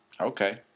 Okay